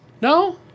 No